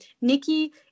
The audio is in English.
Nikki